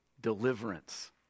deliverance